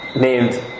named